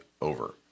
over